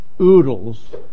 oodles